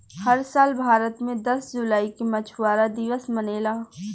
हर साल भारत मे दस जुलाई के मछुआरा दिवस मनेला